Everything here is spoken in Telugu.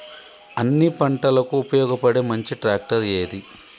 అన్ని పంటలకు ఉపయోగపడే మంచి ట్రాక్టర్ ఏది?